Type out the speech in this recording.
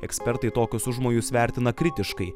ekspertai tokius užmojus vertina kritiškai